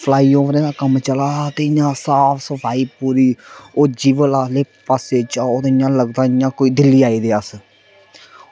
फ्लाईओवरें दा कम्म चला'रदा ते इ'यां साफ सफाई पूरी ओह् जीवल आह्ले पासै जाओ तां इ'यां लगदा दिल्ली आई गेदे अस